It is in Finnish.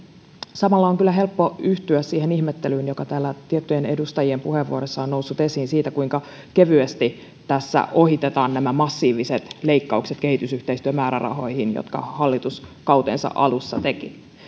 samalla on kyllä helppo yhtyä siihen ihmettelyyn joka täällä tiettyjen edustajien puheenvuoroissa on noussut esiin kuinka kevyesti tässä ohitetaan massiiviset leikkaukset kehitysyhteistyömäärärahoihin jotka hallitus kautensa alussa teki